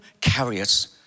carriers